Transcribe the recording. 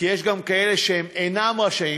כי יש גם כאלה שהם אינם רשאים.